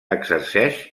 exerceix